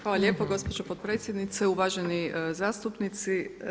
Hvala lijepo gospođo potpredsjednice, uvaženi zastupnici.